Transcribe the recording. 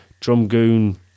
Drumgoon